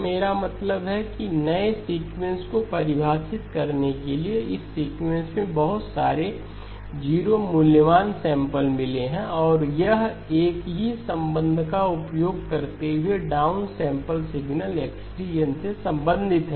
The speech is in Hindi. मेरा मतलब है कि एक नए सीक्वेंस को परिभाषित करने के लिए इस सीक्वेंस में बहुत सारे 0 मूल्यवान सैंपल मिले हैं और यह एक ही संबंध का उपयोग करते हुए down sample signal xD n से संबंधित है